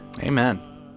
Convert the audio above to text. amen